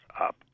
up